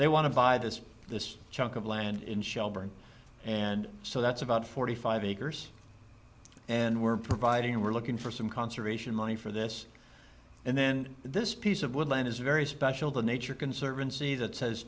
they want to buy this this chunk of land in shelburne and so that's about forty five acres and we're providing we're looking for some conservation money for this and then this piece of woodland is very special the nature conservancy that says